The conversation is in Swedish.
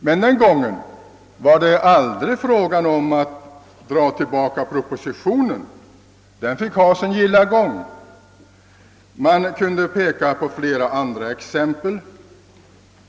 Men den gången var det aldrig fråga om att dra tillbaka propositionen. Saken fick ha sin gilla gång. Man kunde peka på flera andra exempel.